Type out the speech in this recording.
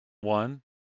one